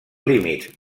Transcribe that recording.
límits